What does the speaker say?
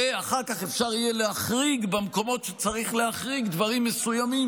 ואחר כך אפשר יהיה להחריג במקומות שצריך להחריג דברים מסוימים